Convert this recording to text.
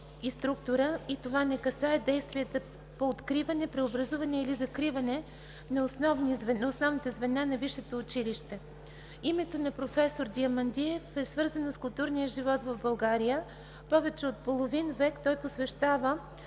и структура и това не касае действия по откриване, преобразуване или закриване на основните звена на висшето училище. Името на професор Диамандиев е свързано с културния живот в България. Повече от половин век той посвещава